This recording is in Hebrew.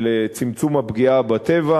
ולצמצום הפגיעה בטבע.